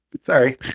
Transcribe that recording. sorry